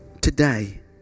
Today